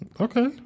Okay